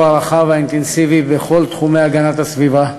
הרחב והאינטנסיבי בכל תחומי הגנת הסביבה.